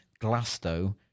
Glasto